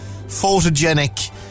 photogenic